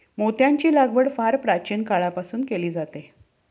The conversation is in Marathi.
मोत्यांची लागवड फार प्राचीन काळापासून केली जाते